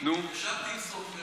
ישבתי עם סופר,